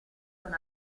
con